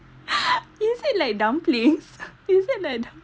is it like dumplings is it like dumpling